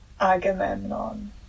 Agamemnon